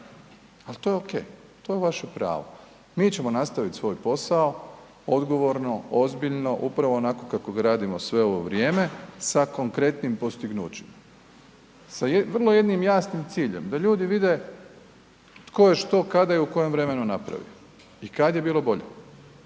al to je okej, to je vaše pravo. Mi ćemo nastavit svoj posao odgovorno, ozbiljno, upravo onako kako ga radimo sve ovo vrijeme sa konkretnim postignućima, sa vrlo jednim jasnim ciljem, da ljudi vide tko je, što, kada i u kojem vremenu napravio i kad je bilo bolje,